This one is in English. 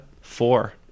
four